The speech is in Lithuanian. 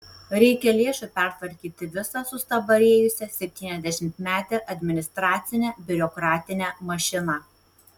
reikia lėšų pertvarkyti visą sustabarėjusią septyniasdešimtmetę administracinę biurokratinę mašiną